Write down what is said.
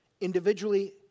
individually